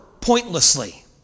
pointlessly